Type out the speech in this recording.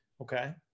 okay